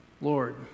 Lord